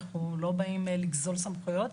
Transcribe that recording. אנחנו לא באים לגזול סמכויות.